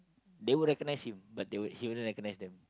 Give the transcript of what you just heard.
they would recognize him but they would he wouldn't recognize them